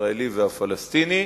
הישראלי והפלסטיני.